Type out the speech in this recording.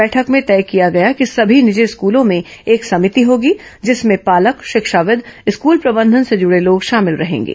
बैठक में तय किया गया कि समी निजी स्कूलों में एक समिति होगी जिसमें पालक शिक्षाविद स्कूल प्रबंधन से जुड़े लोग शामिल रहेंगे